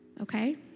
Okay